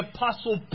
Apostle